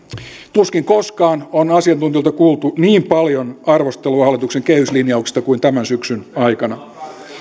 tuskin koskaan on asiantuntijoilta kuultu niin paljon arvostelua hallituksen kehyslinjauksista kuin tämän syksyn aikana